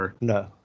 No